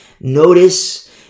Notice